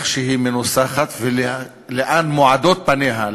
כמו שהיא מנוסחת ולאן מועדות פניה,